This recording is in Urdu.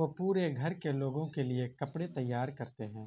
وہ پورے گھر کے لوگوں کے لیے کپڑے تیار کرتے ہیں